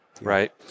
right